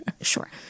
sure